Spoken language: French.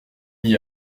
n’y